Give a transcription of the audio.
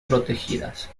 protegidas